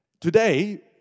Today